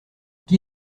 qui